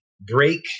break